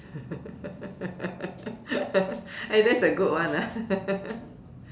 eh that's a good one ah